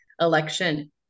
election